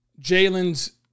Jalen's